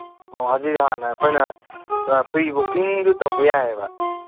ꯑꯣ ꯑꯗꯨꯗꯤ ꯍꯥꯟꯅ ꯑꯩꯈꯣꯏꯅ ꯄ꯭ꯔꯤ ꯕꯨꯀꯤꯡꯁꯨ ꯇꯧꯕ ꯌꯥꯏꯌꯦꯕ